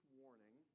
warning